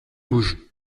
bouge